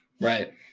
Right